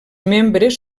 membres